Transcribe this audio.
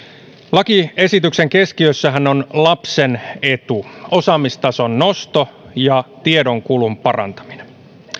lakiesityksen keskiössähän on lapsen etu osaamistason nosto ja tiedonkulun parantaminen